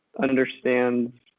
understands